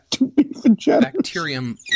Bacterium